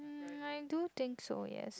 um I do think so yes